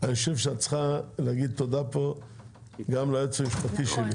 אני חושב שאת צריכה להגיד תודה פה גם ליועץ המשפטי שלי.